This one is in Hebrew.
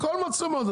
הכול מצלמות,